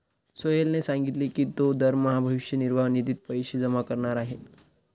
सोहेलने सांगितले की तो दरमहा भविष्य निर्वाह निधीत पैसे जमा करणार आहे